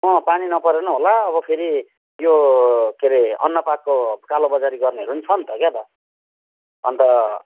अँ पानी नपरेर नि होला फेरि यो के अरे अन्नपातको कालो बजारी गर्नेहरू नि छ नि त क्या त अन्त